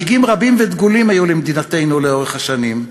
מנהיגים רבים ודגולים היו למדינתנו לאורך השנים,